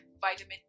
vitamin